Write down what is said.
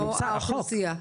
או האוכלוסייה?